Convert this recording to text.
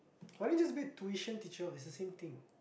why don't you just be tuition teacher it's the same thing